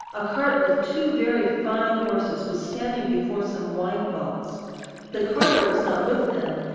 a cart with two very fine horses was standing before some wine vaults the carter was not with them,